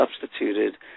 substituted